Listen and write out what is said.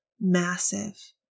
massive